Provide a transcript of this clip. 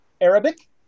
Arabic